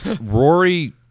rory